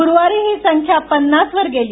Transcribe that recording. गुरूवारी ही संख्या पन्नासवर गेली